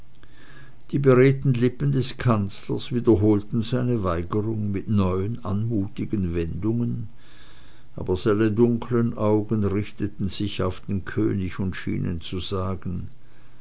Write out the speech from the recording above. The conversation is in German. die beredten lippen des kanzlers wiederholten seine weigerung mit neuen anmutigen wendungen aber seine dunkeln augen richteten sich auf den könig und schienen zu sagen